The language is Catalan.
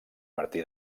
martí